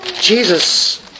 Jesus